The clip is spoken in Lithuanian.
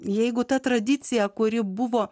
jeigu ta tradicija kuri buvo